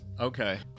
Okay